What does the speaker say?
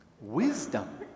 Wisdom